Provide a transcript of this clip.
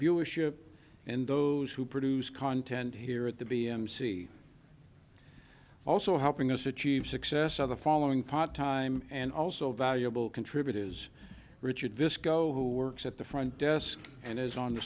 viewership and those who produce content here at the b m c also helping us achieve success of the following part time and also valuable contribute is richard biscoe who works at the front desk and is on the